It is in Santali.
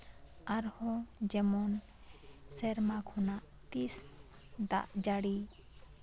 ᱟᱨᱦᱚᱸ ᱡᱮᱢᱚᱱ ᱥᱮᱨᱢᱟ ᱠᱷᱚᱱᱟᱜ ᱛᱤᱥ ᱫᱟᱜ ᱡᱟ ᱲᱤ